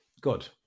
good